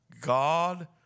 God